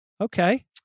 Okay